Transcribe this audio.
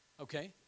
Okay